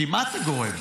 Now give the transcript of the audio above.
כי מה זה גורם?